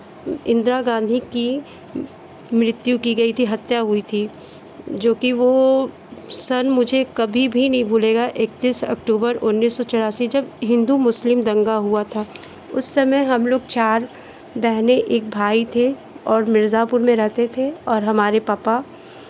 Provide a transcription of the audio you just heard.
इन्दिरा गांधी की मृत्यु की गई थी हत्या हुई थी जो कि वो सन मुझे कभी भी नहीं भूलेगा एकतीस ऑक्टुबर उन्नीस सौ चौरासी जब हिन्दू मुस्लिम दंगा हुआ था उस समय हम लोग चार बहनें एक भाई थे और मिर्ज़ापुर में रहते थे और हमारे पापा